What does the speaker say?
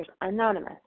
Anonymous